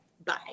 Bye